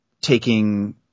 taking